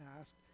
asked